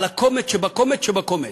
על הקומץ שבקומץ שבקומץ,